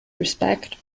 respect